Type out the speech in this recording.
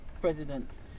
president